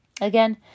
again